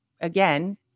again